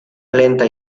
lenta